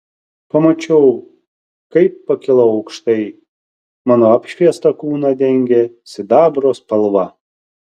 pamačiau kaip pakilau aukštai mano apšviestą kūną dengė sidabro spalva